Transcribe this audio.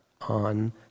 on